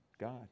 God